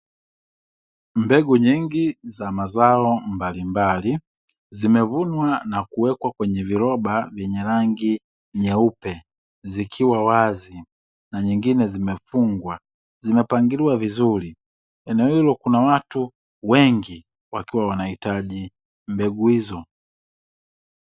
Mbegu nyingi za mazao mbalimbali zimevunwa na kuwekwa kwenye viroba vyenye rangi nyeupe zikiwa wazi na nyingine zimefungwa zimepangiliwa vizuri, eneo hilo kuna watu wengi wakiwa wanahitaji mbegu hizo.